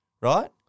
Right